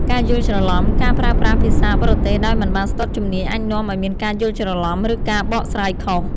ការយល់ច្រឡំ ការប្រើប្រាស់ភាសាបរទេសដោយមិនបានស្ទាត់ជំនាញអាចនាំឲ្យមានការយល់ច្រឡំ ឬការបកស្រាយខុស។